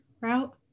route